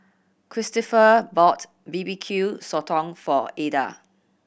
Kristoffer bought B B Q Sotong for Adda